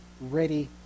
ready